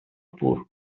pur